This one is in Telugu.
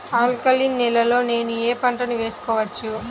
ఆల్కలీన్ నేలలో నేనూ ఏ పంటను వేసుకోవచ్చు?